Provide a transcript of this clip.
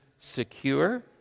secure